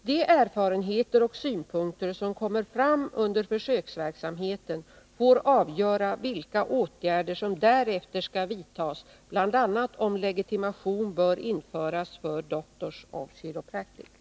De erfarenheter och synpunkter som kommer fram under försöksverksamheten får avgöra vilka åtgärder som därefter skall vidtas, bl.a. om legitimation bör införas för Doctors of Chiropractic.